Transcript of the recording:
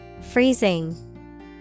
Freezing